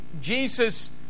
Jesus